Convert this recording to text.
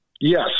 Yes